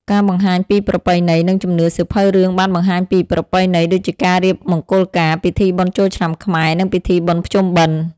ការបង្ហាញពីប្រពៃណី និងជំនឿសៀវភៅរឿងបានបង្ហាញពី ប្រពៃណី ដូចជាការរៀបមង្គលការ ពិធីបុណ្យចូលឆ្នាំខ្មែរ និងពិធីបុណ្យភ្ជុំបិណ្ឌ។